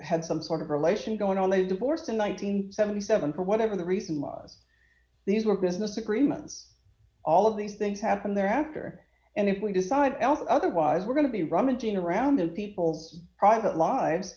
had some sort of relation going on they divorced in one thousand nine hundred and seventy seven per whatever the reason was these were business agreements all of these things happen there after and if we decide otherwise we're going to be rummaging around in people's private lives